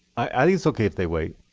i think it's ok if they wait.